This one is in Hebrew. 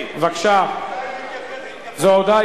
בבקשה, הצעה לסדר.